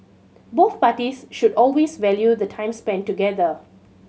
both parties should always value the time spent together